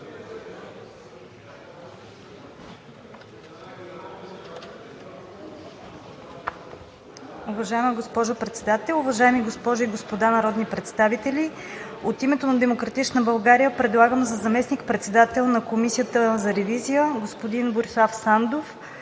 Уважаема госпожо Председател, уважаеми госпожи и господа народни представители! От името на „Демократична България“ предлагам за заместник-председател на Комисията за ревизия господин Борислав Сандов,